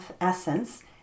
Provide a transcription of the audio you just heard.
essence